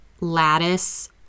lattice